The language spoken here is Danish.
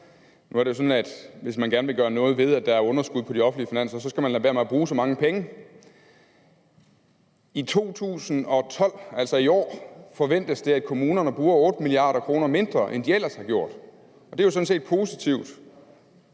Nu er det jo sådan, at hvis man gerne vil gøre noget ved, at der er underskud på de offentlige finanser, skal man lade være med at bruge så mange penge. I 2012, altså i år, forventes det, at kommunerne bruger 8 mia. kr. mindre, end de ellers har gjort, og det er jo sådan set positivt